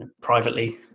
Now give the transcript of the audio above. privately